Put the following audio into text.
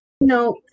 No